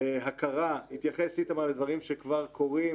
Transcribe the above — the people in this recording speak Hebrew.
הכרה איתמר התייחס לדברים שכבר קורים,